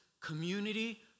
community